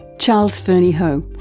charles fernyhough,